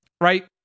right